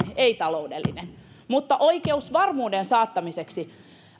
ei taloudellinen mutta oikeusvarmuuden saattamiseksi